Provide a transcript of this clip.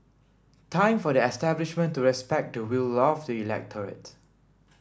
time for the establishment to respect the will of the electorate